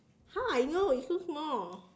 how I know it's so small